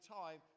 time